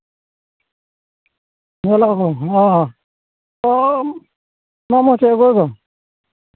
hello ᱦᱳ ᱦᱚᱸ